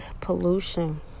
pollution